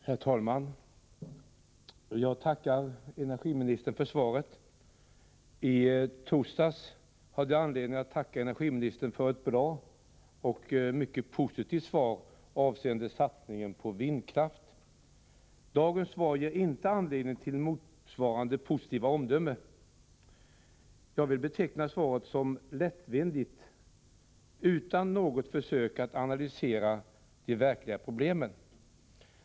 Herr talman! Jag tackar energiministern för svaret. I torsdags hade jag anledning att tacka energiministern för ett bra och mycket positivt svar avseende satsningen på vindkraft. Dagens svar ger inte anledning till motsvarande positiva omdöme. Jag vill beteckna svaret som lättvindigt och utan något försök att analysera de verkliga problemen.